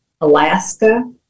Alaska